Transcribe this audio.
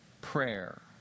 prayer